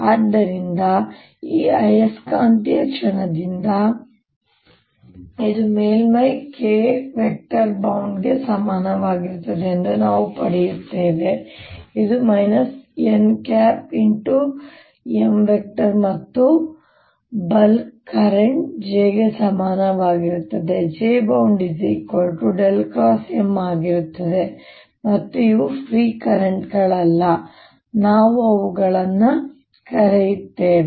ಆದ್ದರಿಂದ ಈ ಆಯಸ್ಕಾಂತೀಯ ಕ್ಷಣದಿಂದ ಇದು ಮೇಲ್ಮೈ Kbound ಗೆ ಸಮನಾಗಿರುತ್ತದೆ ಎಂದು ನಾವು ಪಡೆಯುತ್ತೇವೆ ಇದು nM ಮತ್ತು ಬಲ್ಕ್ ಕರೆಂಟ್ J ಗೆ ಸಮನಾಗಿರುತ್ತದೆ jbound M ಆಗಿರುತ್ತದೆ ಮತ್ತು ಇವುಗಳು ಫ್ರೀ ಕರೆಂಟ್ ಗಳಲ್ಲ ನಾವು ಅವುಗಳನ್ನು ಕರೆಯುತ್ತೇವೆ